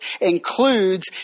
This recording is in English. includes